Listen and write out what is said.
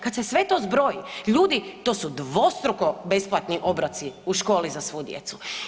Kada se sve to zbroji ljudi to su dvostruko besplatni obroci u školi za svu djecu.